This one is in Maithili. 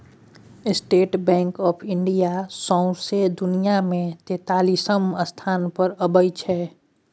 स्टेट बैंक आँफ इंडिया सौंसे दुनियाँ मे तेतालीसम स्थान पर अबै छै